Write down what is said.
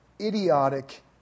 idiotic